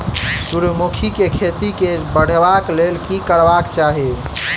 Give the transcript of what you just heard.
सूर्यमुखी केँ खेती केँ बढ़ेबाक लेल की करबाक चाहि?